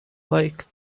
like